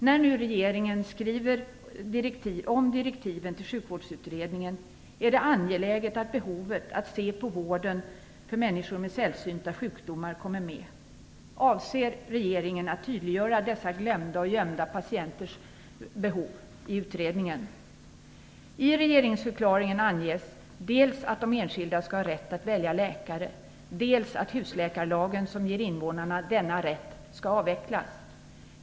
När nu regeringen skriver om direktiven till Sjukvårdsutredningen är det angeläget att behovet av att se på vården för människor med sällsynta sjukdomar kommer med. Avser regeringen att tydliggöra dessa glömda och gömda patienters behov i utredningen? I regeringsförklaringen anges dels att de enskilda skall ha rätt att välja läkare, dels att husläkarlagen som ger invånarna denna rätt skall avvecklas.